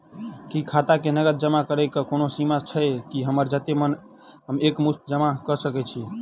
की खाता मे नगद जमा करऽ कऽ कोनो सीमा छई, की हमरा जत्ते मन हम एक मुस्त जमा कऽ सकय छी?